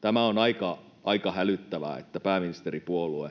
Tämä on aika hälyttävää, että pääministeripuolue